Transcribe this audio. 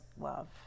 love